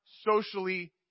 socially